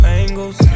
angles